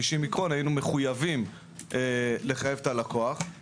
שנית, יש לכם כללים שאתם צריכים לעמוד בהם.